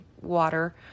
water